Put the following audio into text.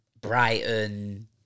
Brighton